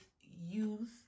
use